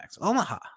Omaha